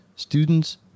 Students